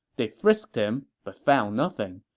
they frisked him, but found nothing.